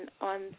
on